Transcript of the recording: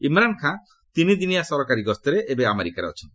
ଇମ୍ରାନ୍ ଖାନ୍ ତିନି ଦିନିଆ ସରକାରୀ ଗସ୍ତରେ ଏବେ ଆମେରିକାରେ ଅଛନ୍ତି